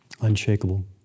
Unshakable